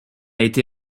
été